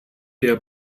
der